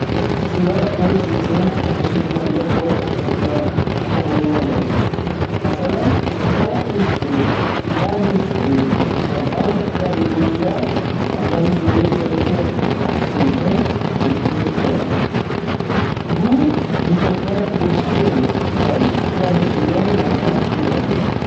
Kuchliroq bo'lish uchun oqsillarga boy ovqatlar muhim rol o'ynaydi. Masalan, tovuq go'shti, mol go'shti va baliq kabi go'shtlar organizmga kerakli oqsilni yetkazib beradi, bu mushaklar o'sishi va tiklanishiga yordam beradi.